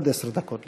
עד עשר דקות לרשותך.